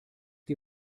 die